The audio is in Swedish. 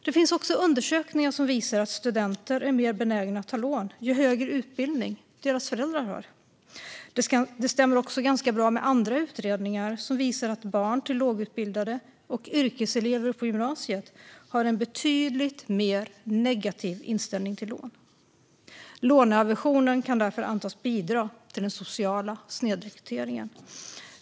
Det finns också undersökningar som visar att studenter är mer benägna att ta lån ju högre utbildning deras föräldrar har. Det stämmer ganska bra med andra utredningar som visar att barn till lågutbildade och yrkeselever på gymnasiet har en betydligt mer negativ inställning till lån. Låneaversionen kan därför antas bidra till den sociala snedrekryteringen.